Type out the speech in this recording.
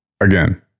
Again